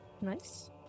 Nice